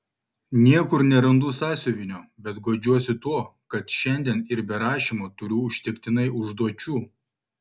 niekur nerandu sąsiuvinio bet guodžiuosi tuo kad šiandien ir be rašymo turiu užtektinai užduočių